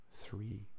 three